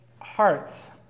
hearts